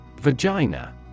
Vagina